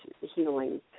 healing